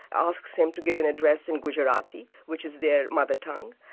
asks him to give an address in gujerati which is their mother tongue,